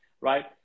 right